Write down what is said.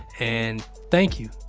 and thank you.